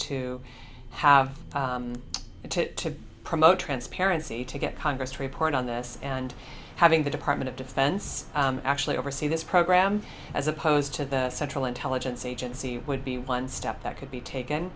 to have it to promote transparency to get congress to report on this and having the department of defense actually oversee this program as opposed to the central intelligence agency would be one step that could be taken